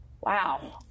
wow